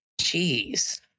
jeez